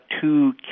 two